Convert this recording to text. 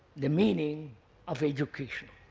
the meaning of education.